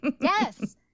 Yes